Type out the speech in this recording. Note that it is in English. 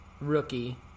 Rookie